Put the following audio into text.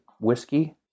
whiskey